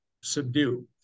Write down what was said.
subdue